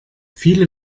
viele